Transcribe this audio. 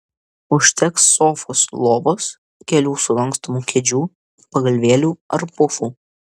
užteks sofos lovos kelių sulankstomų kėdžių pagalvėlių ar pufų